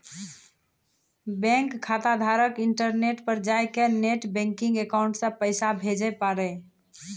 bank खाताधारक internet पर जाय कै नेट बैंकिंग अकाउंट से पैसा भेजे पारै